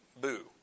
Boo